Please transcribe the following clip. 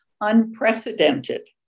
unprecedented